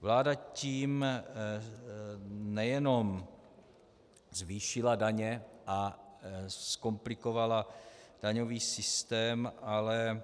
Vláda tím nejenom zvýšila daně a zkomplikovala daňový systém, ale